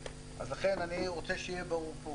לכן אני רוצה שיהיה ברור פה,